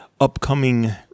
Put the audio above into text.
upcoming